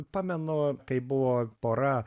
pamenu kaip buvo pora